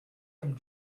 him